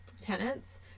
tenants